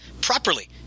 properly